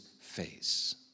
face